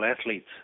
athletes